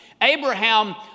Abraham